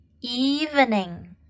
evening